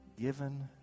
given